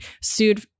sued